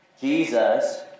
Jesus